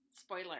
spoiler